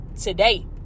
today